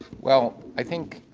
well, i think